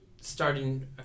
starting